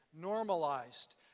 normalized